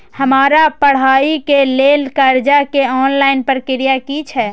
हमरा पढ़ाई के लेल कर्जा के ऑनलाइन प्रक्रिया की छै?